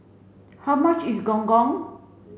how much is Gong Gong